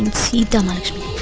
and sita like to